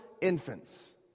infants